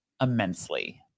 immensely